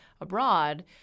abroad